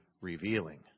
revealing